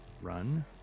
run